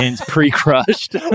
pre-crushed